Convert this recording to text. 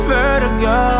Vertigo